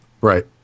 right